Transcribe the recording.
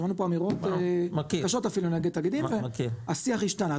שמענו פה אמירות קשות אפילו, והשיח השתנה.